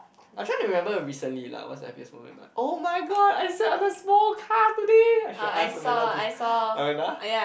I trying to remember recently lah what's the happiest moment in my [oh]-my-god I sat on a small car today I should ask Amanda to Amanda